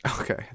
Okay